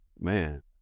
Man